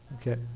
Okay